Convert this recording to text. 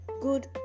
Good